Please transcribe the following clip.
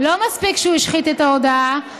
לא מספיק שהוא השחית את המודעה,